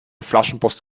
flaschenpost